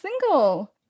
single